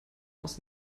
aus